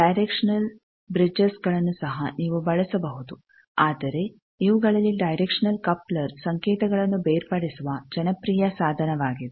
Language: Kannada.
ಡೈರೆಕ್ಷನಲ್ ಬ್ರಿಡ್ಜೆಸ್ ಗಳನ್ನು ಸಹ ನೀವು ಬಳಸಬಹುದು ಆದರೆ ಇವುಗಳಲ್ಲಿ ಡೈರೆಕ್ಷನಲ್ ಕಪ್ಲರ್ ಸಂಕೇತಗಳನ್ನು ಬೇರ್ಪಡಿಸುವ ಜನಪ್ರಿಯ ಸಾಧನವಾಗಿದೆ